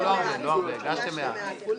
הרביזיה על הסתייגויות.